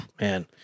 Man